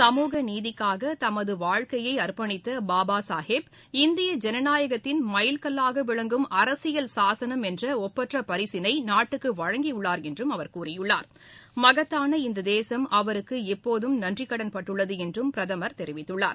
சமூகநீதிக்காக தமது வாழ்க்கையை அர்ப்பணித்த பாபா சாஹேப் இந்திய ஜனநாயகத்தின் மைல்கல்லாக விளங்கும் அரசியல் சாசனம் என்ற ஒப்பற்ற பரிசினை நாட்டுக்கு வழங்கியுள்ளார் என்றும் கூறியுள்ளார் இந்த தேசம் அவருக்கு எப்போதும் நன்றிக்கடன்பட்டுள்ளது என்றும் பிரதமர் மகத்தான தெரிவித்துள்ளார்